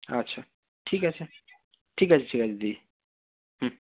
আচ্ছা ঠিক আছে ঠিক আছে ঠিক আছে দিদি হুম